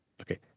okay